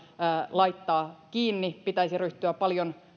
laittaa kiinni ja että pitäisi ryhtyä paljon